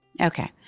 Okay